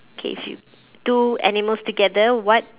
okay if you two animals together what